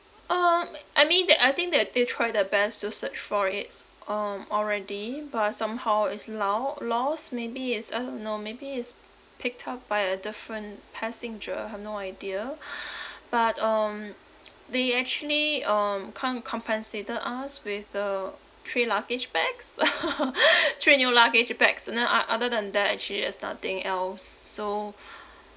um uh I mean that I think they they tried their best to search for it s~ um already but somehow is now lost maybe is I don't know maybe is picked up by a different passenger I've no idea but um they actually um kind of compensated us with the three luggage bags three new luggage bags and then ot~ other than that actually there's nothing else so